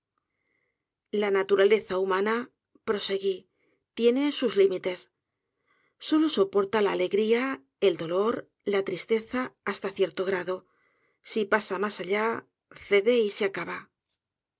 la naturaleza humana proseguí tiene sus límites solo soporta la alegría el dolor la tristeza hasta cierto grado si pasa mas allá cede y se acaba